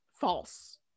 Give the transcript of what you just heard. false